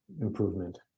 improvement